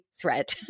thread